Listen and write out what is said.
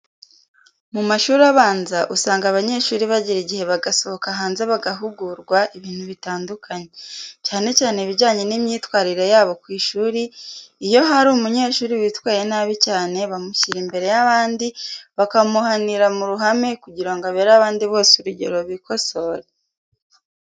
Mu mashuri abanza usanga abanyeshuri bagira igihe bagasohoka hanze bagahugurwa ibintu bitandukanye, cyane cyane ibijyanye n'imyitwarire yabo kw'ishuri, iyo hari umunyeshuri witwaye nabi cyane bamushyira imbere yabandi, bakamuhanira muruhame kugira ngo abere abandi bose urugero bikosore.